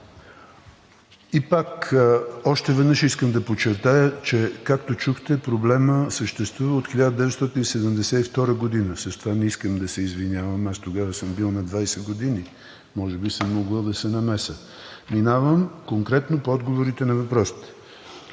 Още веднъж искам да подчертая, както чухте, проблемът съществува от 1972 г. – с това не искам да се извинявам, тогава съм бил на 20 години, може би съм могъл да се намеся. Минавам конкретно на отговорите на въпросите.